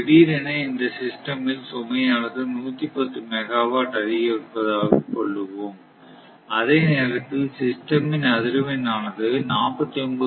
திடீரென இந்த சிஸ்டம் இல் சுமையானது 110 மெகாவாட் அதிகரிப்பதாக கொள்ளுவோம் அதே நேரத்தில் சிஸ்டம் இன் அதிர்வெண் ஆனது 49